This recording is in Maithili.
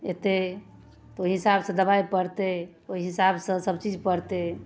एतै ओइ हिसाबसँ दबाइ पड़तै ओइ हिसाबसँ सब चीज पड़तै